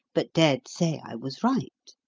but dared say i was right.